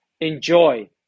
enjoy